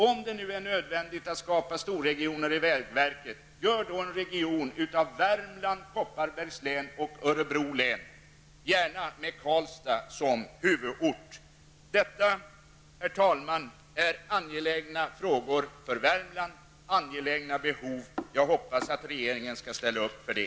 Om det nu är nödvändigt att skapa storregioner i vägverket, gör då en region av Värmland, Kopparbergs län och Örebro län, gärna med Karlstad som huvudort. Detta, herr talman, är angelägna behov för Värmland. Jag hoppas att regeringen skall ställa upp för det.